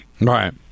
right